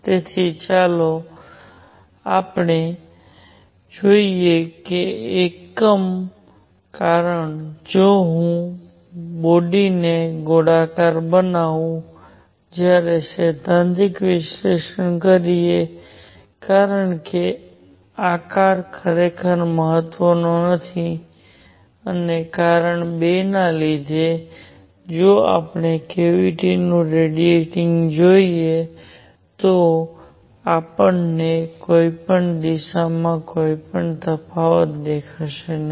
તેથી ચાલો આપણે જોઈએ કે એકન કારણ જો હું બોડીને ગોળાકાર બનાવું છું જ્યારે સૈદ્ધાંતિક વિશ્લેષણ કરીએ કારણ કે આકાર ખરેખર મહત્ત્વનો નથી અને કારણ 2 ના લીધે જો આપણે કેવીટી નું રેડિયેટિંગ જોઈએ તો આપણને કોઈ પણ દિશામાં કોઈ પણ તફાવત દેખાશે નહીં